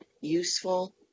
useful